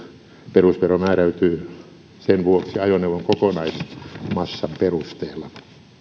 perusvero määräytyy sen vuoksi ajoneuvon kokonaismassan perusteella